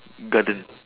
garden